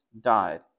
died